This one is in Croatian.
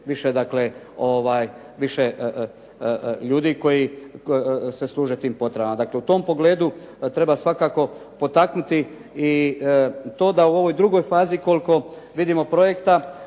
dakle, ljudi koji se služe tim potrebama. Dakle, u tom pogledu treba svakako potaknuti i to da u ovoj drugoj fazi koliko vidimo projekta